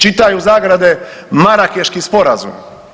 Čitaj u zagradi Marakeški sporazum.